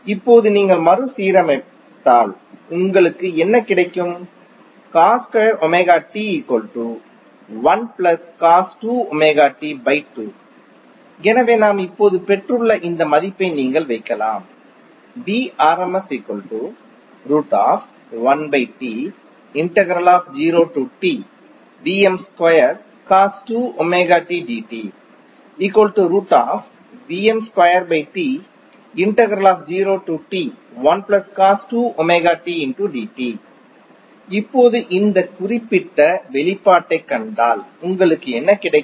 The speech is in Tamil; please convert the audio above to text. இப்போது நீங்கள் மறுசீரமைத்தால் உங்களுக்கு என்ன கிடைக்கும் எனவே நாம் இப்போது பெற்றுள்ள இந்த மதிப்பை நீங்கள் வைக்கலாம் இப்போது இந்த குறிப்பிட்ட வெளிப்பாட்டைக் கண்டால் உங்களுக்கு என்ன கிடைக்கும்